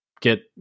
get